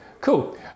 Cool